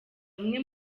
bamwe